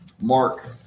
Mark